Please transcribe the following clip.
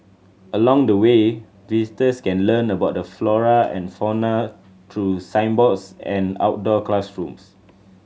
along the way visitors can learn about the flora and fauna through signboards and outdoor classrooms